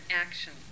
action